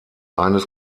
eines